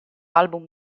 album